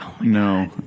No